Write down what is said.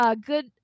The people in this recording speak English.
good